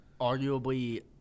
arguably